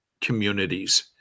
communities